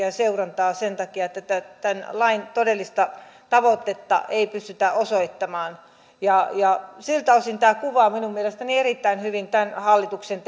ja seurantaa sen takia että tämän lain todellista tavoitetta ei pystytä osoittamaan siltä osin tämä kuvaa minun mielestäni erittäin hyvin tämän hallituksen